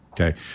Okay